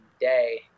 day